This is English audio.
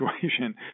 situation